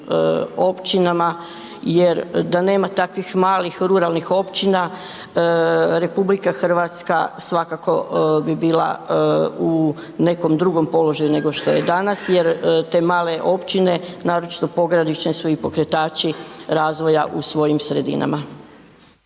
općinama jer da nema takvih malih ruralnih općina RH svakako bi bila u nekom drugom položaju nego što je danas jer te male općine, naročito pogranične su i pokretači razvoja u svojim sredinama.